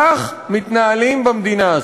כך מתנהלים במדינה הזאת.